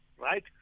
right